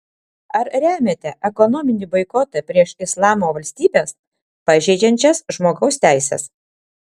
ar remiate ekonominį boikotą prieš islamo valstybes pažeidžiančias žmogaus teises